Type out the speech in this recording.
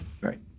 right